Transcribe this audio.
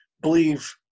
believe